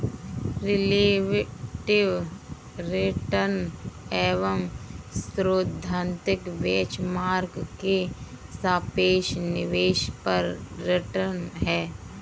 relative return एक सैद्धांतिक benchmark के सापेक्ष निवेश पर रिटर्न है